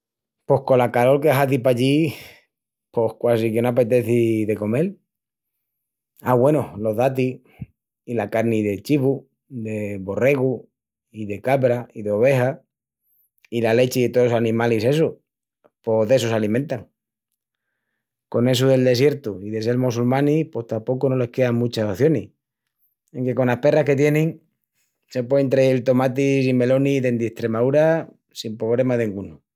Pos cola calol que hazi pallí pos quasi que no apeteci de comel. A, güenu, los datis. i la carni de chivu, de borregu, i de cabra, i d'oveja. I la lechi de tolos animalis essus, pos d'essu s'alimentan. Con essu del desiertu i de sel mossulmanis pos tapocu no les quean muchas ocionis, enque conas perras que tienin, se puein trayel tomatis i melonis dendi Estremaúra sin pobrema dengunu.